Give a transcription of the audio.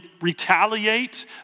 retaliate